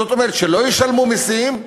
זאת אומרת שהם לא ישלמו מסים,